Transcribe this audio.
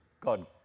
God